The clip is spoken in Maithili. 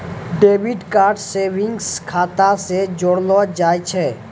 डेबिट कार्ड सेविंग्स खाता से जोड़लो जाय छै